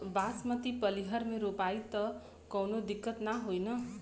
बासमती पलिहर में रोपाई त कवनो दिक्कत ना होई न?